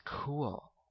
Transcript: cool